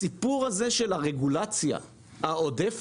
הסיפור הזה של הרגולציה העודפת,